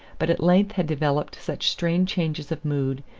but at length had developed such strange changes of mood,